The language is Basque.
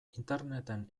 interneten